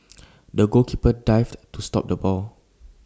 the goalkeeper dived to stop the ball